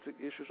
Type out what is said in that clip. issues